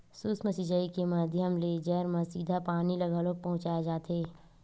सूक्ष्म सिचई के माधियम ले जर म सीधा पानी ल घलोक पहुँचाय जाथे